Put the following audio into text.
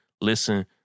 Listen